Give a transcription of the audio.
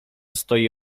stoi